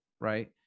right